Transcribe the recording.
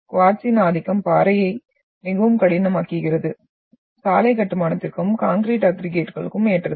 எனவே குவார்ட்ஸின் ஆதிக்கம் பாறையை மிகவும் கடினமாக்குகிறது சாலை கட்டுமானத்திற்கும் கான்கிரீட் அக்ரிகய்ட்களுக்கும் ஏற்றது